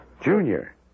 Junior